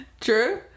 True